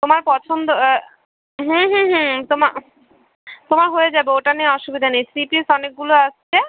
তোমার পছন্দ হুম হুম হুম তোমার তোমার হয়ে যাবে ওটা নিয়ে অসুবিধা নেই থ্রি পিস অনেকগুলো আসছে